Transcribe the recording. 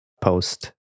post